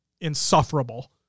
insufferable